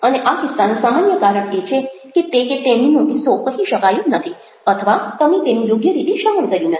અને આ કિસ્સાનું સામાન્ય કારણ એ છે કે તે કે તેણીનો કિસ્સો કહી શકાયો નથી અથવા તમે તેનું યોગ્ય રીતે શ્રવણ કર્યું નથી